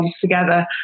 together